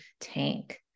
tank